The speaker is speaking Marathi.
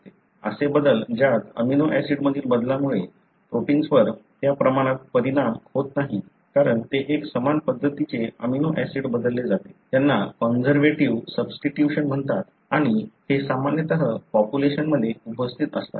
असे बदल ज्यात अमिनो ऍसिड मधील बदलामुळे प्रोटिन्सवर त्या प्रमाणात परिणाम होत नाही कारण ते एक समान पद्धतीचे अमिनो ऍसिड बदलले जाते त्यांना कॉन्सर्व्हेटिव्ह सबीस्टिट्यूशन म्हणतात आणि हे सामान्यतः पॉप्युलेशनमध्ये उपस्थित असतात